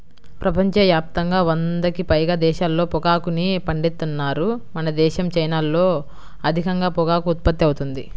ప్రపంచ యాప్తంగా వందకి పైగా దేశాల్లో పొగాకుని పండిత్తన్నారు మనదేశం, చైనాల్లో అధికంగా పొగాకు ఉత్పత్తి అవుతుంది